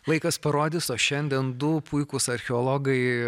laikas parodys o šiandien du puikūs archeologai